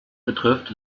betrifft